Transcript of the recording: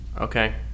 Okay